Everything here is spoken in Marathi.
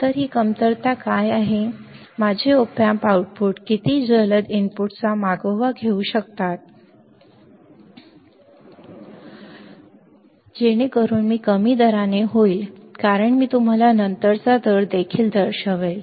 तर ती कमतरता काय आहे माझे op amp आउटपुट किती जलद इनपुटचा मागोवा घेऊ शकते जेणेकरून ते कमी दराने होईल कारण मी तुम्हाला नंतरचा दर देखील दर्शवेल